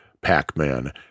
Pac-Man